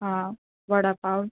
हां वडापाव